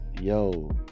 yo